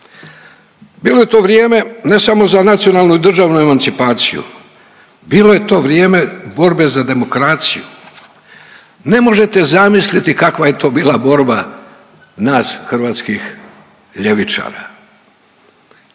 Bilo je to vrijeme ne samo za nacionalnu državnu emancipaciju bilo je to vrijeme borbe za demokraciju. Ne možete zamisliti kakva je to bila borba nas hrvatskih ljevičara.